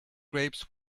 grapes